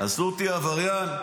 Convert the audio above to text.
עשו אותי עבריין.